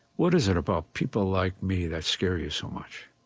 what is it about people like me that scare you so much?